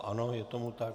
Ano, je tomu tak.